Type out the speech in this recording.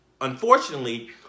unfortunately